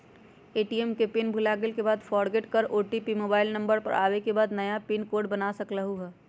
ATM के pin भुलागेल के बाद फोरगेट कर ओ.टी.पी मोबाइल नंबर पर आवे के बाद नया पिन कोड बना सकलहु ह?